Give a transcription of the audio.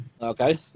Okay